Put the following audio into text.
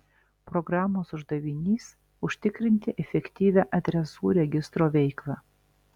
programos uždavinys užtikrinti efektyvią adresų registro veiklą